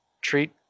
treat